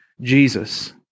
Jesus